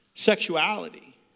sexuality